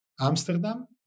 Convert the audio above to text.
Amsterdam